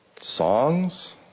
songs